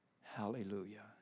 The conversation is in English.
Hallelujah